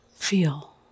Feel